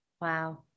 Wow